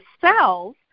cells